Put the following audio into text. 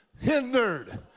hindered